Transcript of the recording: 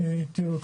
תראו,